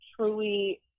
truly